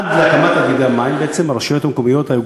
עד להקמת תאגידי המים בעצם הרשויות המקומיות היו